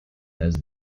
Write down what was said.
has